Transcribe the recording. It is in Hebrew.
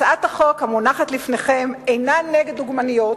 הצעת החוק המונחת לפניכם אינה נגד דוגמניות,